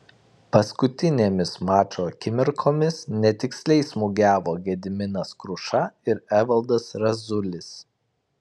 paskutinėmis mačo akimirkomis netiksliai smūgiavo gediminas kruša ir evaldas razulis